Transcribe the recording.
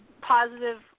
positive